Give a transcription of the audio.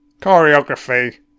Choreography